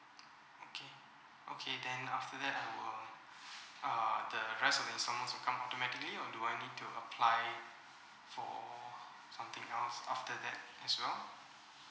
okay okay then after that I will uh the rest of the instalments will come automatically or do I need to apply for something else after that as well